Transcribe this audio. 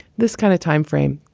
this kind of timeframe.